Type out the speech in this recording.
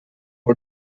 for